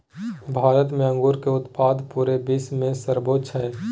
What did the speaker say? भारत में अंगूर के उत्पाद पूरे विश्व में सर्वोच्च हइ